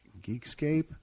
GeekScape